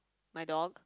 my dog